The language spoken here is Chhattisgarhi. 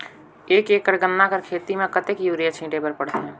एक एकड़ गन्ना कर खेती म कतेक युरिया छिंटे बर पड़थे?